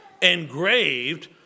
engraved